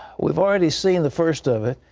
we've already seen the first of it.